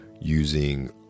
using